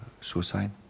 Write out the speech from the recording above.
suicide